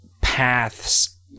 paths